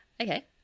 Okay